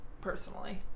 personally